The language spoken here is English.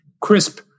crisp